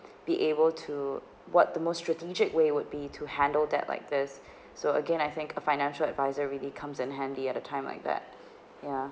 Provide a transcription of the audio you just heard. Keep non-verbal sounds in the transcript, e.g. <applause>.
be able to what the most strategic way would be to handle that like this <breath> so again I think a financial advisor really comes in handy at a time like that ya